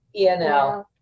ENL